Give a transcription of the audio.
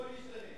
-- והכול ישתנה.